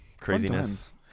Craziness